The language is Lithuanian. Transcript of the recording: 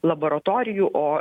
laboratorijų o